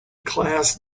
class